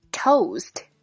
Toast